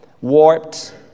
warped